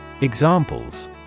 Examples